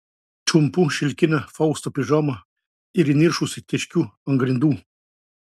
čiumpu šilkinę fausto pižamą ir įniršusi teškiu ant grindų